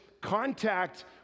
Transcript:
contact